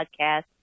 podcast